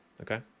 Okay